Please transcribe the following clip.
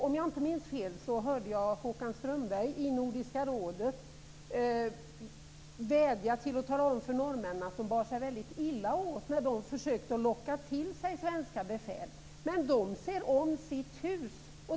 Om jag inte minns fel hörde jag Håkan Strömberg i Nordiska rådet säga till norrmännen att de bar sig illa åt när de försökte locka till sig svenska befäl. Men de ser om sitt hus.